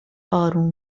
آروم